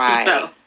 Right